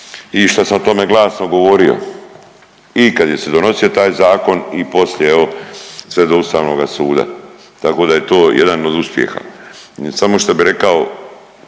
i što sam o tome glasno govorio. I kad se donosio taj zakon i poslije sve do Ustavnoga suda, tako da je to jedan od uspjeha. Samo što bih rekao